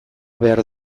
behar